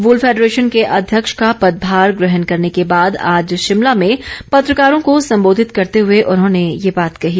वूल federation के अध्यक्ष का पदभार ग्रहण करने के बाद आज शिमला में पत्रकारों को संबोधित करते हुए उन्होंने ये बात कही